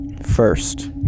first